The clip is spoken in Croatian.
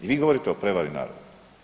I vi govorite o prevari naroda.